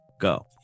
go